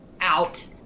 out